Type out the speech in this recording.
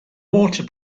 water